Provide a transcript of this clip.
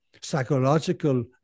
psychological